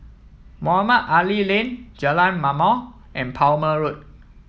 Mohamed Ali Lane Jalan Ma'mor and Palmer Road